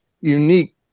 unique